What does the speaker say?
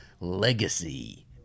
legacy